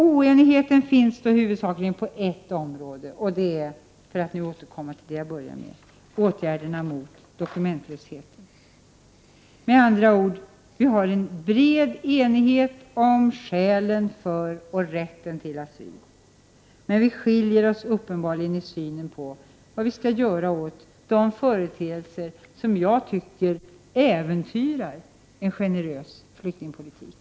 Oenigheten finns då huvudsakligen på ett område, för att återkomma till det som jag började med: åtgärderna mot dokumentlösheten. Med andra ord: Vi har en bred enighet om skälen för och rätten till asyl. Men vi har uppenbarligen skilda uppfattningar när det gäller synen på vad vi Skall vi ge upp principen om första asylland? Säg då det! Skall vi strunta i NO Renansege varifrån de asylsökande kommer? Skall vi blunda och acceptera en metod skall göra åt de företeelser som jag tycker äventyrar en generös flyktingpoli = Prot.